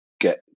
get